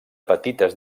petites